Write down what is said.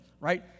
right